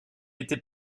était